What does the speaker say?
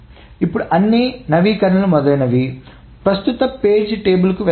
ఇప్పుడు అన్ని నవీకరణలు మొదలైనవి ప్రస్తుత పేజీ పట్టికకు వెళ్తాయి